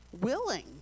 willing